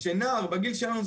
שנער בגיל שלנו,